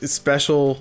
special